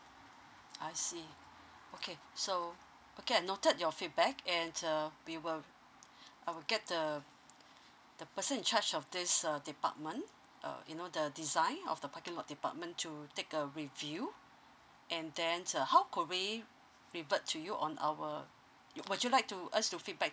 I see okay so okay I'd noted your feedback and uh we will I'll get the the person in charge of this uh department err you know the design of the parking lot department to take a review and then sir how could we revert to you on our iwould you like to us to feedback